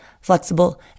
flexible